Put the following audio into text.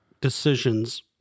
decisions